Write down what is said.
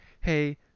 hey